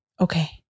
Okay